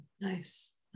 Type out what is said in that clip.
Nice